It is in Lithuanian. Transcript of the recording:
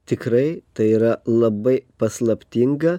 tikrai tai yra labai paslaptinga